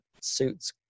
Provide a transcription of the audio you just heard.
suits